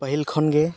ᱯᱟᱹᱦᱤᱞ ᱠᱷᱚᱱᱜᱮ